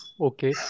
okay